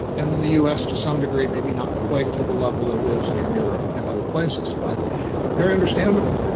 and in the us to some degree, maybe not quite to the level that it is in europe and other places. but very understandable.